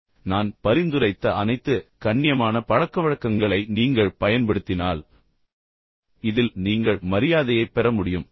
நான் சொன்னது போல் நான் பரிந்துரைத்த அனைத்து கண்ணியமான பழக்கவழக்கங்களையும் அலங்காரத்தையும் நீங்கள் பயன்படுத்தினால் இதில் நீங்கள் மரியாதையைப் பெற முடியும்